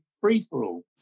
free-for-all